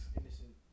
Innocent